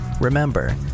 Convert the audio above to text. remember